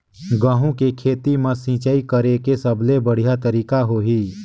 गंहू के खेती मां सिंचाई करेके सबले बढ़िया तरीका होही?